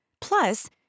Plus